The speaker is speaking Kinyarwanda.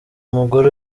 umugore